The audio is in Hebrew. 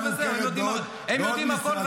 אם הייתי מחכה,